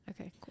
Okay